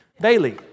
Bailey